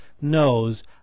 knows